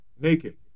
naked